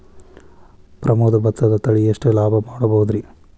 ಪ್ರಮೋದ ಭತ್ತದ ತಳಿ ಎಷ್ಟ ಲಾಭಾ ಮಾಡಬಹುದ್ರಿ?